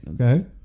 Okay